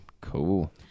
Cool